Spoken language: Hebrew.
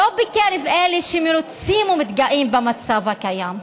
לא בקרב אלה שמרוצים ומתגאים במצב הקיים,